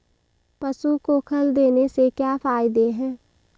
पशु को खल देने से क्या फायदे हैं?